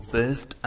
best